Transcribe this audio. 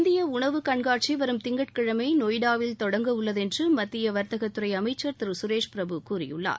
இந்திய உணவு கண்காட்சி வரும் திங்கட் கிழமை நொய்டாவில் தொடங்கவுள்ளது என்று மத்திய வர்த்தகத்துறை அமைச்சர் திரு சுரேஷ் பிரபு கூறியுள்ளார்